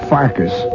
Farkas